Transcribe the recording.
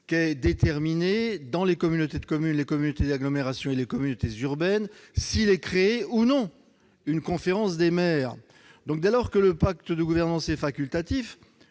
que, dans les communautés de communes, les communautés d'agglomération et les communautés urbaines, on décide de la création de la conférence des maires. Dès lors que le pacte de gouvernance est facultatif,